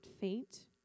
faint